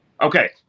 Okay